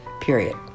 period